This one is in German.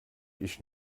ich